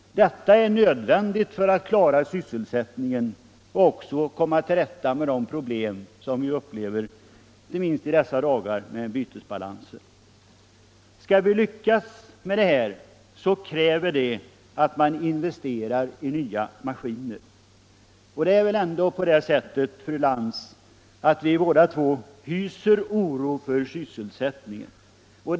Detta är nödvändigt för att klara sysselsättningen och komma till rätta med de problem som vi upplever inte minst i dessa dagar beträffande bytesbalansen. För att lyckas med det krävs att företagen investerar i nya maskiner. Vi hyser väl båda, fru Lantz, oro för sysselsättningen.